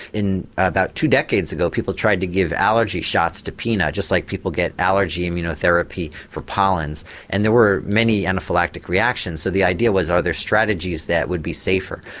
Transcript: about two decades ago people tried to give allergy shots to peanut, just like people get allergy you know therapy for pollens and there were many anaphylactic reactions. so the idea was, are there strategies that would be safer?